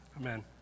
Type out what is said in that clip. Amen